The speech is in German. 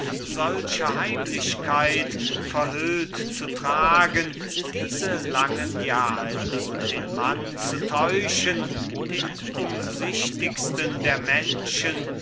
solche heimlichkeit verhüllt zu tragen diese langen jahre der mann zu täuschen den umsichtigsten der menschen